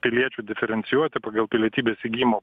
piliečių diferencijuoti pagal pilietybės įgijimo